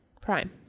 prime